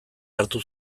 hartu